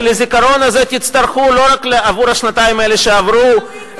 כי לזיכרון הזה תצטרכו לא רק עבור השנתיים האלה שעברו,